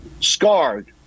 scarred